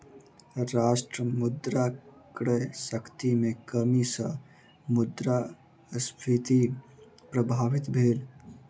राष्ट्र मुद्रा क्रय शक्ति में कमी सॅ मुद्रास्फीति प्रभावित भेल